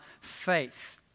faith